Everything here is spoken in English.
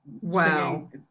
Wow